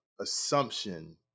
assumption